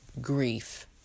grief